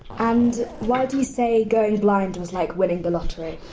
and why do you say going blind was like winning the lottery?